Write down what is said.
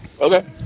okay